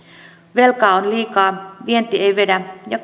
velkaa on liikaa vienti ei vedä ja